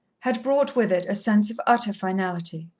had brought with it a sense of utter finality.